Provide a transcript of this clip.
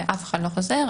ואף אחד לא חוזר.